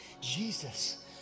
Jesus